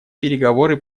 переговоры